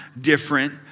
different